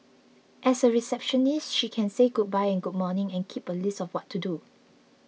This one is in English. as a receptionist she can say goodbye and good morning and keep a list of what to do